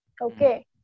Okay